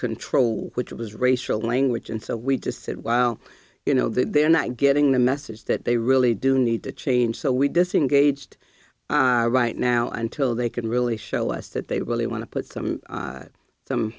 control which was racial language and so we just said well you know they're not getting the message that they really do need to change so we disengaged right now until they can really show us that they really want to put some some